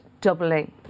doubling